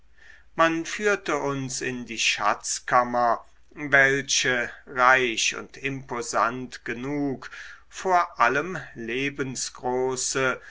man führte uns in die schatzkammer welche reich und imposant genug vor allem lebensgroße